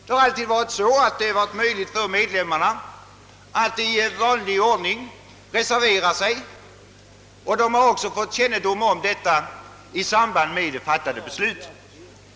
Det har alltid varit möjligt för medlemmarna att i vanlig ordning reservera sig, och de har också fått kännedom härom i samband med det fattade beslutet.